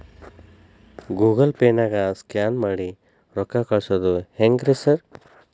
Google ಪೇನಾಗ scan ಮಾಡಿ ರೊಕ್ಕಾ ಕಳ್ಸೊದು ಹೆಂಗ್ರಿ ಸಾರ್?